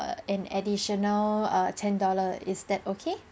err an additional err ten dollar is that okay